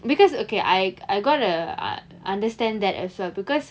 because okay I I got to uh understand that as well because